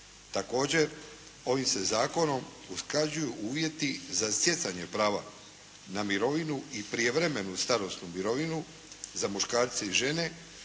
Također ovim se zakonom usklađuju uvjeti za stjecanje prava na mirovinu i prijevremenu starosnu mirovinu za muškarce i žene